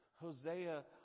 Hosea